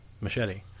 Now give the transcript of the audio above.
machete